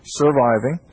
surviving